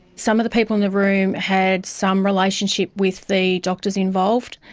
some of the people in the room had some relationship with the doctors involved,